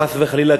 חס וחלילה,